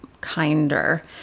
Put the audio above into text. kinder